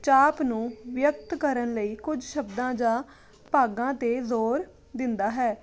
ਚਾਪ ਨੂੰ ਵਿਅਕਤ ਕਰਨ ਲਈ ਕੁਝ ਸ਼ਬਦਾਂ ਜਾਂ ਭਾਗਾਂ 'ਤੇ ਜ਼ੋਰ ਦਿੰਦਾ ਹੈ